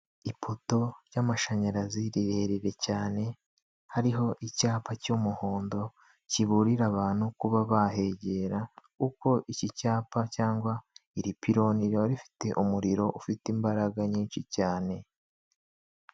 Ipoto y'amashanyarazi rirerire cyane hariho icyapa cy'umuhondo, kiburira abantu kuba bahegera uko iki cyapa cyangwa iri pironi riba rifite umuriro ufite imbaraga nyinshi cyane.